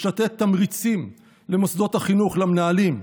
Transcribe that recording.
יש לתת תמריצים למוסדות החינוך, למנהלים,